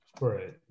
Right